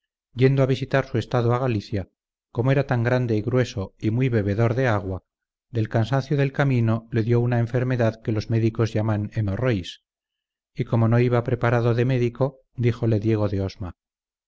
yendo a visitar su estado a galicia como era tan grande y grueso y muy bebedor de agua del cansancio del camino le dió una enfermedad que los médicos llaman hemorrois y como no iba preparado de médico díjole diego